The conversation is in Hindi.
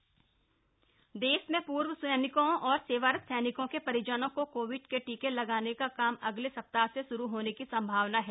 पूर्व सैनिक वैक्सीनेशन देश में पूर्व सैनिकों और सेवारत सैनिकों के परिजनों को कोविड के टीके लगाने का काम अगले सप्ताह से शुरू होने की संभावना है